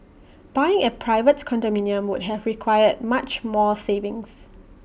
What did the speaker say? buying A private condominium would have required much more savings